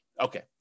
okay